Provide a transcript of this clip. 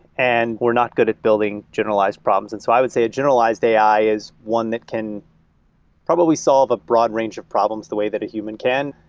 and we're not good at building generalized problems. and so i would say a generalized a i. is one that can probably solve a broad range of problems the way that a human can.